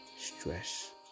Stress